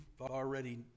already